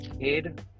Kid